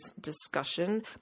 discussion